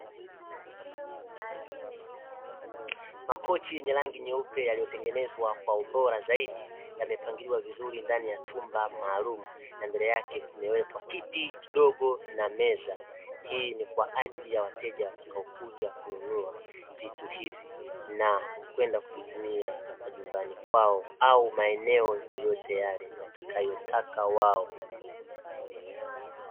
Makochi yenye rangi nyeupe yaliyotengenezwa kwa ubora zaidi yamepangiliwa vizuri ndani ya chumba maalumu na mbele yake kumewekwa kiti kidogo na meza, hii ni kwa ajili ya wateja watakaokuja kununua vitu hivi na kwenda kuvitumia majumbani kwao au maeneo yoyote yale watakayotaka wao.